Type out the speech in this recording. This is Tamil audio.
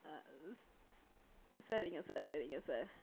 சரிங்க சார் சரிங்க சார்